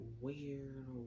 weird